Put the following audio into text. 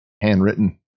handwritten